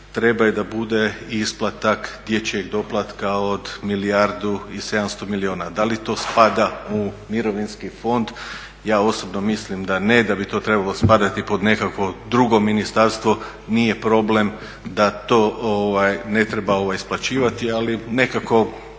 treba i da bude isplata dječjeg doplatka od milijardu i 700 milijuna, da li to spada u mirovinski fond? Ja osobno mislim da ne, da bi to trebalo spadati pod nekakvo drugo ministarstvo. Nije problem da to ne treba isplaćivati, ali nekako